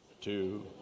two